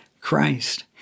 Christ